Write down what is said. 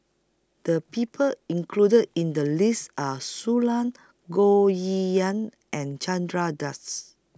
The People included in The list Are Shui Lan Goh Yihan and Chandra Das